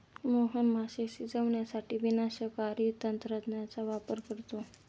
मोहन मासे शिजवण्यासाठी विनाशकारी तंत्राचा वापर करतो